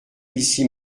ici